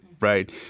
right